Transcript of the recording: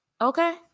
okay